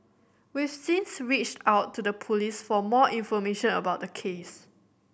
we've since reached out to the Police for more information about the case